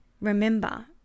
Remember